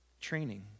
Training